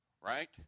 right